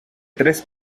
tres